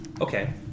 Okay